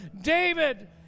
David